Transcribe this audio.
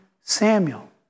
Samuel